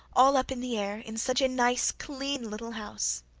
all up in the air, in such a nice, clean little house!